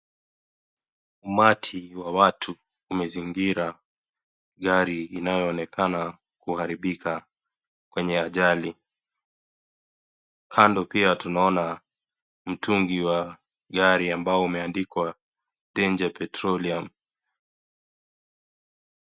Umati wa watu umezingira gari inayoonekana kuharibika kwenye ajali. Kando pia tunaona mtungi wa gari ambao umeandikwa danger petroleum .